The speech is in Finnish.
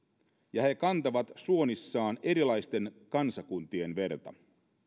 ja he kantavat suonissaan erilaisten kansakuntien verta